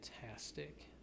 fantastic